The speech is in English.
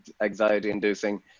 anxiety-inducing